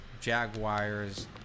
Jaguars